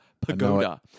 Pagoda